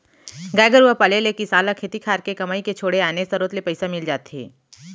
गाय गरूवा पाले ले किसान ल खेती खार के कमई के छोड़े आने सरोत ले पइसा मिल जाथे